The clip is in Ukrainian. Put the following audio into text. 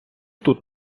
тут